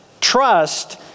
Trust